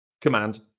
command